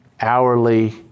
hourly